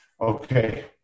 Okay